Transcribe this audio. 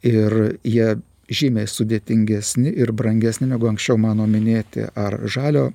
ir jie žymiai sudėtingesni ir brangesni negu anksčiau mano minėti ar žalio